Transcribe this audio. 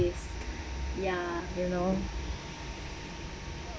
ya you know